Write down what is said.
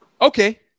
Okay